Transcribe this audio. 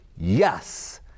yes